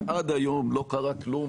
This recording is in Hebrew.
ועד היום לא קרה כלום.